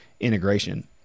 integration